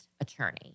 attorney